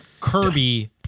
Kirby